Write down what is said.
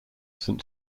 saint